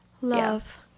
Love